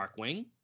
darkwing